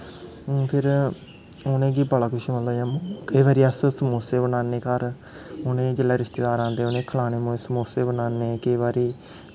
हून फिर उ'नें गी बड़ा कुछ इ'यां मतलब फिर केईं बारी अस समोसे बनान्ने घर उ'नें गी जिसलै रिश्तेदार आंदे घर उ'नें गी खलाने समोसे बनान्ने केईं बारी